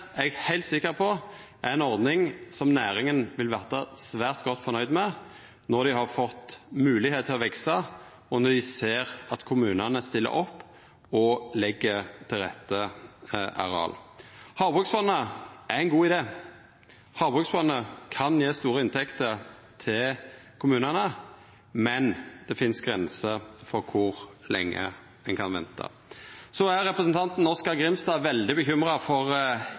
eg heilt sikker på er ei ordning som næringa vil verta svært godt fornøgde med når dei har fått moglegheit til å veksa, og når dei ser at kommunane stiller opp og legg til rette areal. Havbruksfondet er ein god idé. Havbruksfondet kan gje store inntekter til kommunane, men det finst grenser for kor lenge ein kan venta. Representanten Oskar J. Grimstad er veldig bekymra for